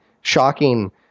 Shocking